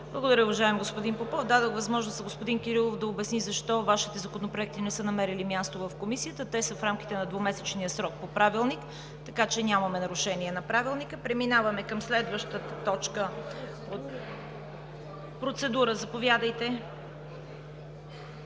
Благодаря, уважаеми господин Попов. Дадох възможност на господин Кирилов да обясни защо Вашите законопроекти не са намерили място в Комисията. Те са в рамките на двумесечния срок по Правилник, така че нямаме нарушение на Правилника. Процедура – заповядайте,